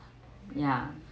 ya